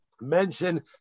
mention